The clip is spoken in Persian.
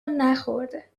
نخورده